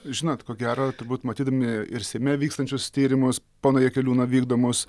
žinot ko gero turbūt matydami ir seime vykstančius tyrimus pono jakeliūno vykdomus